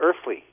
earthly